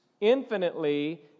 infinitely